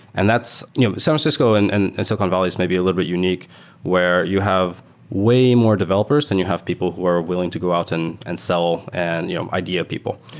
and that's san you know so francisco and and and silicon valley is maybe a little bit unique where you have way more developers than you have people who are willing to go out and and sell and you know idea people.